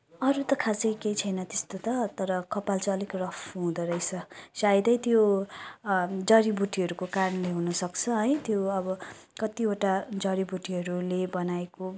अरू त खासै केही छैन त्यस्तो त तर कपाल चाहिँ अलिक रफ् हुँदोरहेछ सायदै त्यो जडीबुटीहरूको कारणले हुनसक्छ है त्यो अब कतिवटा जडीबुटीहरूले बनाएको